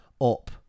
up